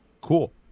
cool